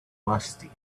musty